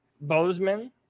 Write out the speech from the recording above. Bozeman